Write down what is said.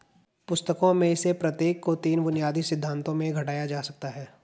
पुस्तकों में से प्रत्येक को तीन बुनियादी सिद्धांतों में घटाया जा सकता है